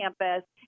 campus